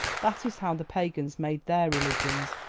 that is how the pagans made their religions,